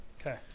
Okay